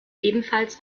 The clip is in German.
ebenfalls